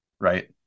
right